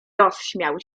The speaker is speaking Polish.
rozśmiał